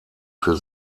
für